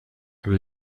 will